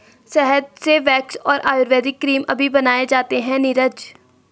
शहद से वैक्स और आयुर्वेदिक क्रीम अभी बनाए जाते हैं नीरज